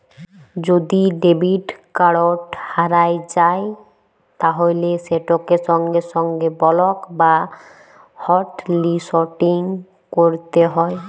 যদি debit card হারাঁয় যায় তাইলে সেটকে সঙ্গে সঙ্গে বলক বা হটলিসটিং ক্যইরতে হ্যয়